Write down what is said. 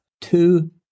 two